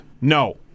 No